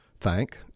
thank